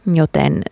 joten